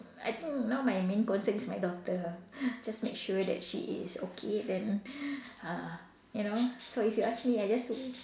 I think now my main concern is now my daughter ah just make sure that she is okay then ah you know so if you ask me I just ho~